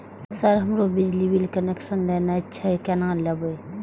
Sir हमरो बिजली connection लेना छे केना लेबे?